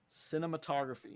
Cinematography